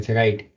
right